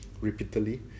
repeatedly